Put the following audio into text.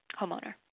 homeowner